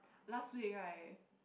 last week right